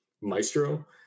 maestro